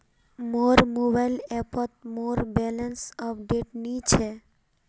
मोर मोबाइल ऐपोत मोर बैलेंस अपडेट नि छे